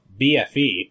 BFE